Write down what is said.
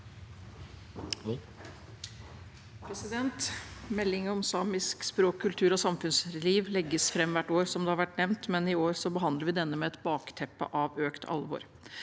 Meldingen om samisk språk, kultur og samfunnsliv legges fram hvert år, som det har vært nevnt, men i år behandler vi denne mot et bakteppe av økt alvor.